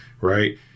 right